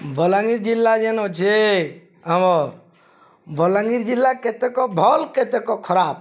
ବଲାଙ୍ଗୀର ଜିଲ୍ଲା ଯେନ୍ ଅଛେ ଆମର ବଲାଙ୍ଗୀର ଜିଲ୍ଲା କେତେକ ଭଲ୍ କେତେକ ଖରାପ